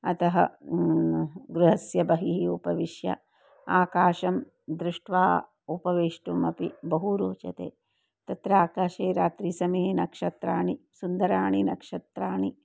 अतः गृहस्य बहिः उपविश्य आकाशं दृष्ट्वा उपवेष्टुमपि बहु रोचते तत्र आकाशे रात्रिसमये नक्षत्राणि सुन्दराणि नक्षत्राणि